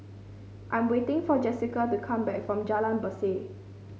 I'm waiting for Jesica to come back from Jalan Berseh